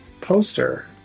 poster